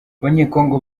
abanyekongo